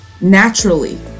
naturally